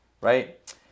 right